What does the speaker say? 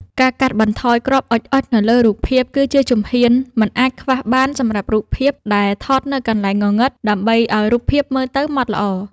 ការកាត់បន្ថយ គ្រាប់អុជៗនៅលើរូបភាព គឺជាជំហ៊ានមិនអាចខ្វះបានសម្រាប់រូបភាពដែលថតនៅកន្លែងងងឹត ដើម្បីឱ្យរូបភាពមើលទៅម៉ត់ល្អ។